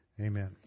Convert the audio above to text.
Amen